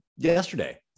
yesterday